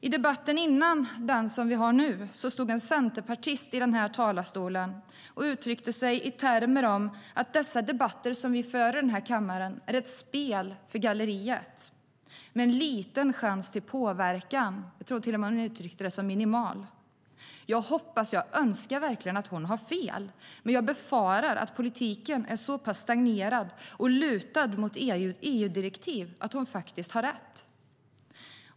I den närmast föregående debatten stod en centerpartist här i talarstolen och uttryckte att de debatter som vi för här i kammaren är ett spel för galleriet med liten chans till påverkan - jag tror till och med att hon använde ordet "minimal". Jag hoppas och önskar verkligen att hon har fel, men jag befarar att politiken är så pass stagnerad och lutad mot EU-direktiv att hon faktiskt har rätt.